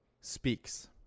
speaks